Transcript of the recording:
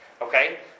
okay